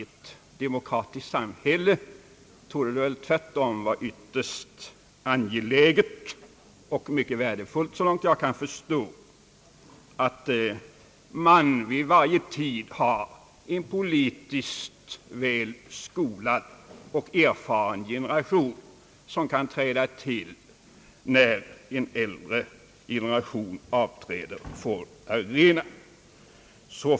I ett demokratiskt samhälle torde det, så långt jag kan förstå, tvärtom vara ytterst angeläget och värdefullt att det alltid finns en politiskt välskolad och erfaren generation som kan träda till när en äldre generation avträder från arenan.